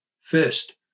first